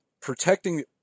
protecting